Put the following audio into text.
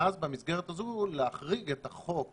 במסגרת הזו להחריג את חוק